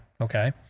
okay